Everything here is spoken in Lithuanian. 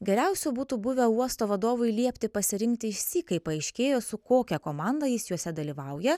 geriausiu būtų buvę uosto vadovui liepti pasirinkti išsyk kai paaiškėjo su kokia komanda jis juose dalyvauja